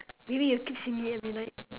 maybe it'll keep singing every night